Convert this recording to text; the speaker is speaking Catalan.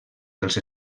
dels